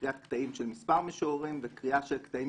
קריאת קטעים של מספר משוררים וקריאה של קטעים